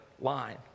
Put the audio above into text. line